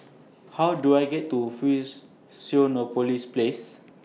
How Do I get to Fusionopolis Place